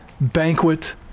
banquet